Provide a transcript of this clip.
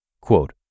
quote